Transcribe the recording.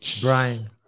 Brian